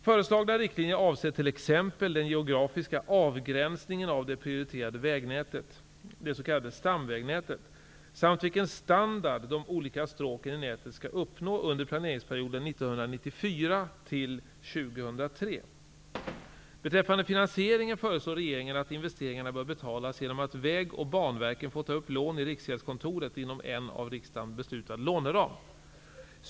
Föreslagna riktlinjer avser t.ex. den geografiska avgränsningen av det prioriterade vägnätet, det s.k. stamvägnätet, samt vilken standard de olika stråken i nätet skall uppnå under planeringsperioden 1994--2003. Beträffande finansieringen föreslår regeringen att investeringarna bör betalas genom att Vägverket och Banverket får ta upp lån i Riksgäldskontoret inom en av riksdagen beslutad låneram.